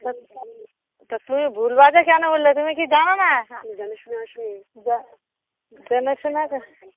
তুমি ভুলবাসে কেন উঠলে তুমি কি জানো না যেনে শুনে